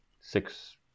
six